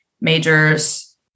majors